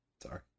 Sorry